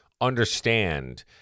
understand